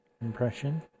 impression